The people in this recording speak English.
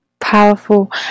powerful